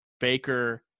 Baker